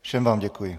Všem vám děkuji.